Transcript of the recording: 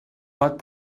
pot